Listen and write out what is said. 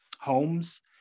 homes